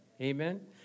Amen